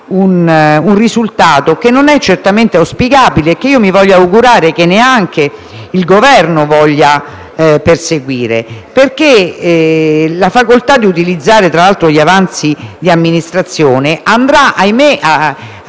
un risultato che non è certamente auspicabile. Mi voglio augurare che neanche il Governo voglia proseguirlo. Infatti la facoltà di utilizzare, tra l'altro, gli avanzi di amministrazione produrrà, nei